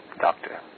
Doctor